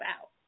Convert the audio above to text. out